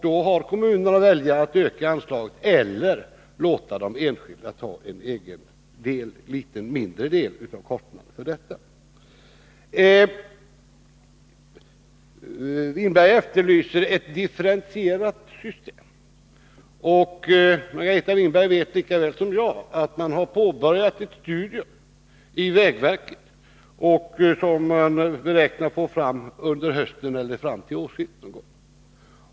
Då har kommunerna att välja mellan att öka anslaget eller att låta de enskilda ta en egen, mindre del av kostnaderna. Margareta Winberg efterlyser ett differentierat system. Margareta Winberg vet lika väl som jag att man inom vägverket har påbörjat ett studium, vars resultat man beräknar få fram under hösten eller till årsskiftet.